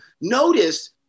notice